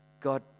God